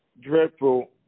dreadful